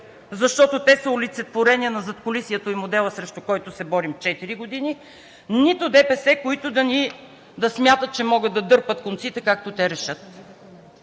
защото те са олицетворение на задкулисието и модела, срещу който се борим от четири години, нито ДПС, които смятат, че могат да дърпат конците, както те решат.